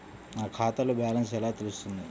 నా ఖాతాలో బ్యాలెన్స్ ఎలా తెలుస్తుంది?